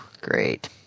Great